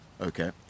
okay